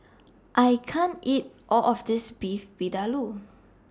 I can't eat All of This Beef Vindaloo